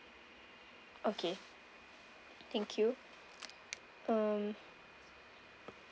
okay thank you um